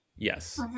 Yes